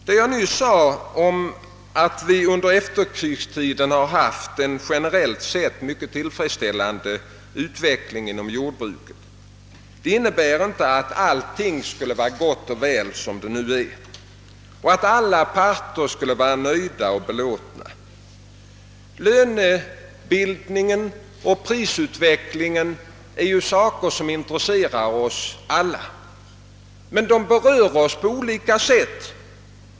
Det jag nyss sade om att vi under efterkrigstiden har haft en generellt sett mycket = tillfredsställande utveckling inom jordbruket innebär inte att allting skulle vara gott och väl som det nu är och att alla parter skulle vara nöjda och belåtna. Lönebildningen och prisutveck lingen är saker som intresserar oss alla, men de berör oss på olika sätt.